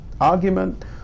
argument